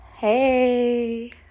Hey